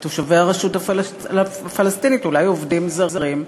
תושבי הרשות הפלסטינית, אולי עובדים זרים?